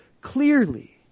clearly